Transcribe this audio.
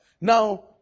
Now